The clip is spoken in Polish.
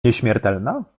nieśmiertelna